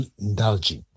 indulging